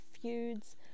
feuds